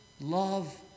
love